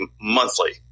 monthly